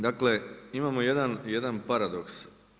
Dakle, imamo jedan paradoks.